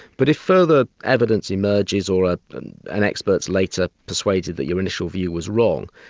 but if further evidence emerges or ah and an expert's later persuaded that your initial view was wrong,